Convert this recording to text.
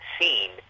seen